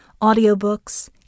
Audiobooks